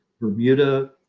Bermuda